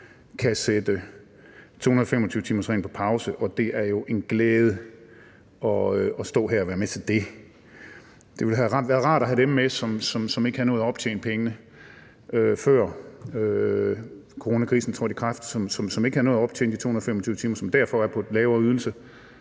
kan sætte 225-timersreglen på pause, og det er jo en glæde at stå her og være med til det. Det ville have været rart at have dem med, som ikke havde nået at optjene pengene, før coronakrisen gik i gang, som ikke havde nået at optjene de 225 timer, og som derfor er på en lavere ydelse.